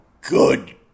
good